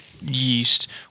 yeast